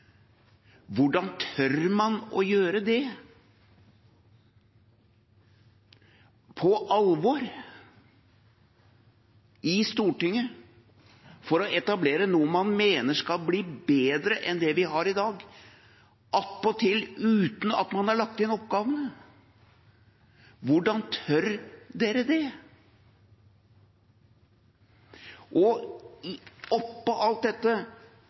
Hvordan tør man å gjøre det – på alvor, i Stortinget – for å etablere noe man mener skal bli bedre enn det vi har i dag, attpåtil uten at man har lagt inn oppgavene? Hvordan tør dere det, og oppå alt dette: